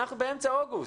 אנחנו באמצע אוגוסט.